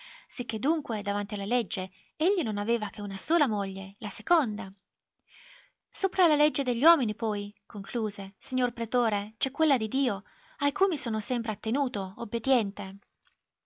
sicché dunque davanti alla legge egli non aveva che una sola moglie la seconda sopra la legge degli uomini poi concluse signor pretore c'è quella di dio a cui mi sono sempre attenuto obbediente